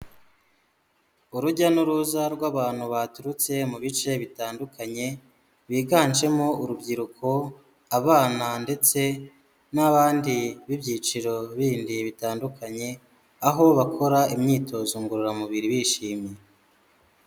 Urujya n'uruza rw'abantu baturutse mu bice bitandukanye, biganjemo urubyiruko, abana ndetse n'abandi b'ibyiciro bindi bitandukanye, aho bakora imyitozo ngororamubiri bishimye.